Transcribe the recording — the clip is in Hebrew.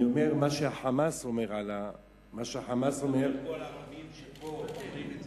אתה אומר דברים לא נכונים.